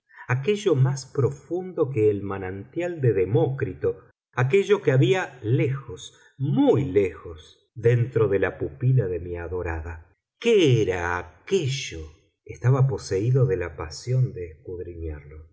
aquello más profundo que el manantial de demócrito aquello que había lejos muy lejos dentro de las pupilas de mi adorada qué era aquello estaba poseído de la pasión de escudriñarlo